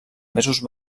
mesos